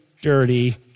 dirty